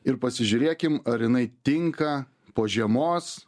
ir pasižiūrėkim ar jinai tinka po žiemos